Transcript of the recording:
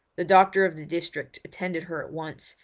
the doctor of the district attended her at once,